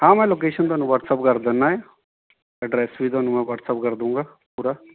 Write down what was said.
ਹਾਂ ਮੈਂ ਲੌਕੇਸ਼ਨ ਤੁਹਾਨੂੰ ਵੱਅਟਅੱਪ ਕਰ ਦਿੰਦਾ ਹੈ ਐਡਰੱਸ ਵੀ ਤੁਹਾਨੂੰ ਮੈਂ ਵੱਟਸਅੱਪ ਕਰ ਦੂੰਗਾ ਪੂਰਾ